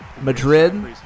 Madrid